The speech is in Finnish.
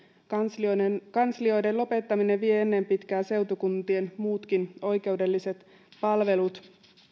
kanslioiden kanslioiden lopettaminen vie ennen pitkää seutukuntien muutkin oikeudelliset palvelut